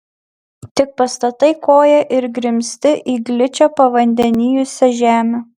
tik pastatai koją ir grimzti į gličią pavandenijusią žemę